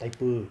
typer